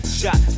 shot